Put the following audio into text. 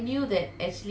mm